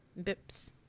Bips